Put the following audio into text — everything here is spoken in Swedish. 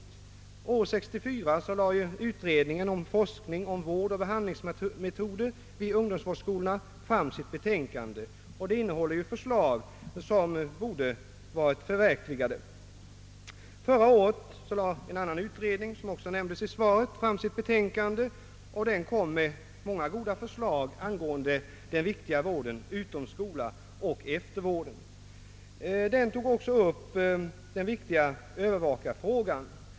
år 1964 framlade ju utredningen om forskning rörande vårdoch behandlingsmetoder vid ungdomsvårdsskolorna sitt betänkande. Det innehåller ju förslag som borde ha varit förverkligade. Förra året lade en annan utredning som också nämnts i svaret fram sitt betänkande, vari framställdes många goda förslag angående den viktiga vården utom skola och om eftervården. Den tog också upp den viktiga övervakarfrågan.